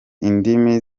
indimi